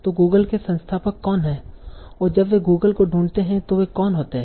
तो गूगल के संस्थापक कौन हैं और जब वे गूगल को ढूंढते हैं तो वे कौन होते हैं